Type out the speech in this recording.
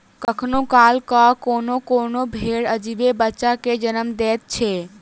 कखनो काल क कोनो कोनो भेंड़ अजीबे बच्चा के जन्म दैत छै